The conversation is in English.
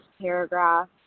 paragraph